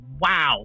wow